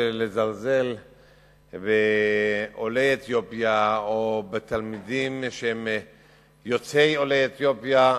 לזלזל בעולי אתיופיה או בתלמידים יוצאי עולי אתיופיה.